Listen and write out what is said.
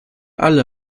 alle